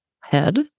head